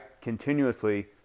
continuously